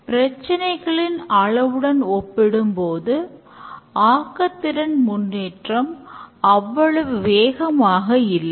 பிரச்சனைகளின் அளவுடன் ஒப்பிடும்போது ஆக்கத்திறனின் முன்னேற்றம் அவ்வளவு வேகமாக இல்லை